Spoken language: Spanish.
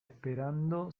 esperando